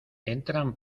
entran